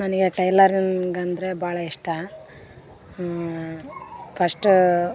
ನನಗೆ ಟೈಲರಿಂಗ್ ಅಂದರೆ ಭಾಳ ಇಷ್ಟ ಫಸ್ಟೂ